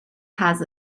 has